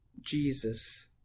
Jesus